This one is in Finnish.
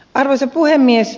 arvoisa puhemies